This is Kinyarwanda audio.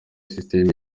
system